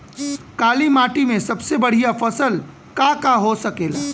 काली माटी में सबसे बढ़िया फसल का का हो सकेला?